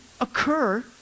occur